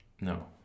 No